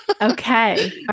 Okay